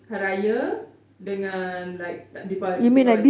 hari raya dengan like deepa~ deepavali